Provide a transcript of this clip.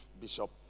Bishop